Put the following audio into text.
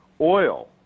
oil